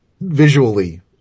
visually